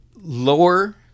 lower